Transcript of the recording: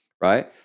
right